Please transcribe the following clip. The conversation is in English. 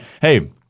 Hey